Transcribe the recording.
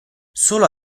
solo